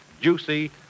juicy